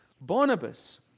Barnabas